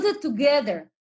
together